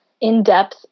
in-depth